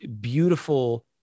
beautiful